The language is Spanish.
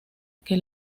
que